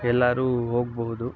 ಎಲ್ಲರೂ ಹೋಗಬಹುದು